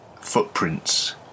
footprints